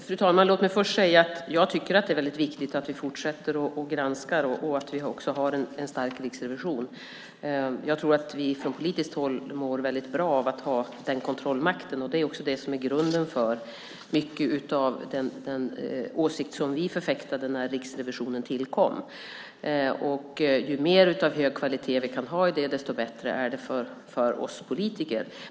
Fru talman! Låt mig först säga att det är mycket viktigt att vi fortsätter att granska och har en stark riksrevision. Jag tror att vi från politiskt håll mår väldigt bra av att ha den kontrollmakten. Det är också grunden för den åsikt som vi förfäktade när Riksrevisionen tillkom. Ju mer av hög kvalitet vi kan ha, desto bättre är det för oss politiker.